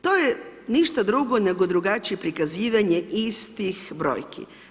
To je ništa drugo nego drugačije prikazivanje istih brojki.